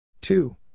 two